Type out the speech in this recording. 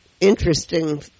interesting